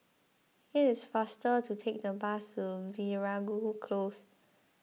it is faster to take the bus to Veeragoo Close